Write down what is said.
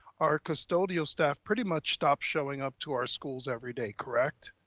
our custodial staff pretty much stopped showing up to our schools every day, correct?